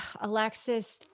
Alexis